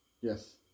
Yes